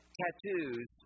tattoos